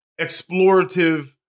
explorative